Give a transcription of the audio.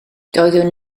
doeddwn